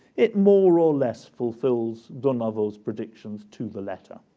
it more or less fulfills durnovo's predictions to the letter.